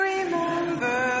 Remember